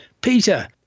Peter